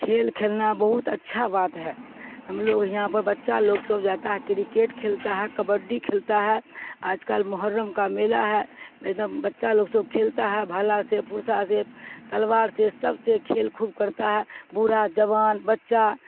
کھیل کھیلنا بہت اچھا بات ہے ہم لوگ یہاں پر بچہ لوگ سب جاتا ہے کرکٹ کھیلتا ہے کبڈی کھیلتا ہے آج کل محرم کا میلا ہے ایک دم بچہ لوگ سب کھیلتا ہے بھالا سے پرزہ سے تلوار سے سب سے کھیل خوب کرتا ہے بوڑھا جوان بچہ